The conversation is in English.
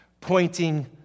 pointing